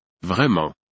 vraiment